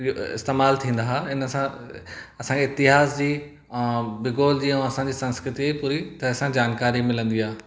इस्तेमाल थींदा हुआ इन सां असां खे इतिहास जी ऐं भूगोल जी ऐं असां जी संस्कृतीअ जी पूरी तरह सां जानकारी मिलंदी आहे